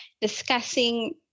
discussing